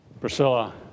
Priscilla